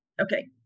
Okay